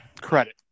credit